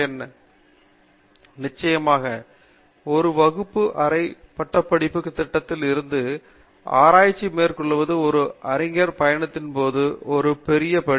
பேராசிரியர் மகேஷ் வி பாஞ்ச்னுலா நிச்சயமாக ஒரு வகுப்பு அறை பட்டப்படிப்பு திட்டத்தில் இருந்து ஆராய்ச்சியை மேற்கொள்வது ஒரு அறிஞர் பயணத்தின் ஒரு பெரிய படி